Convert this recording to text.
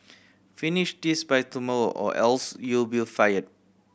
finish this by tomorrow or else you'll be fire